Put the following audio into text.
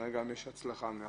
תיקונים.